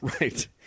right